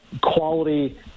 quality